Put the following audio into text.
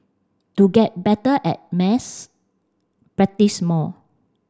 to get better at maths practise more